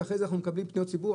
אחרי כן אנחנו מקבלים פניות ציבור,